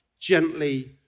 gently